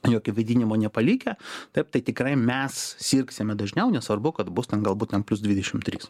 jokio vėdinimo nepalikę taip tai tikrai mes sirgsime dažniau nesvarbu kad bus ten galbūt ten plius dvidešim trys